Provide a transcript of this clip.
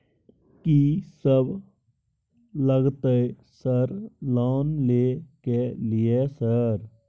कि सब लगतै सर लोन ले के लिए सर?